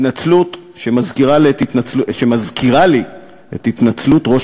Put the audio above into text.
התנצלות שמזכירה לי את התנצלות ראש